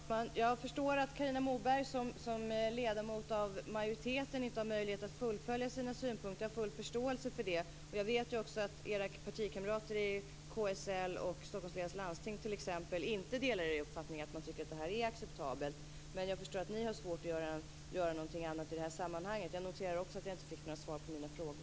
Fru talman! Jag förstår att Carina Moberg som ledamot av majoriteten inte har möjlighet att fullfölja sina synpunkter. Jag har full förståelse för det. Jag vet också att era partikamrater i KSL och Stockholms läns landsting inte delar er uppfattning att det här är acceptabelt. Men jag förstår att ni har svårt att göra någonting annat i det här sammanhanget. Jag noterar också att jag inte fick några svar på mina frågor.